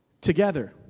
together